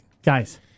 Guys